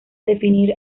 definir